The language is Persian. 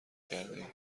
کردهایم